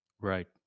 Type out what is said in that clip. Right